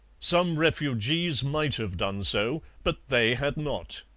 some refugees might have done so, but they had not.